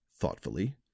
thoughtfully